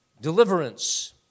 deliverance